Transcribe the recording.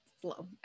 slow